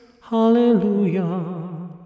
Hallelujah